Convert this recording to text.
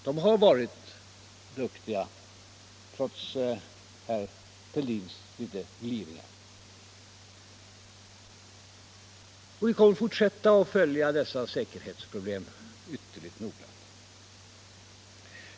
Herr Fälldin ger myndigheterna gliringar, men de har trots allt varit duktiga. Vi kommer att fortsätta att följa säkerhetsproblemen ytterligt noga.